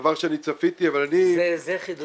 דבר שאני צפיתי אבל אני -- זה חידוש